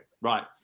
Right